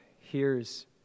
hears